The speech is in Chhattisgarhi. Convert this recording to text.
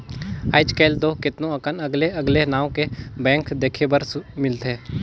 आयज कायल तो केतनो अकन अगले अगले नांव के बैंक देखे सुने बर मिलथे